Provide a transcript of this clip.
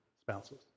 spouses